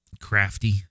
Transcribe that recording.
crafty